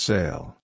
Sale